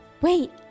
Wait